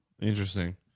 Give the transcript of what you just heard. Interesting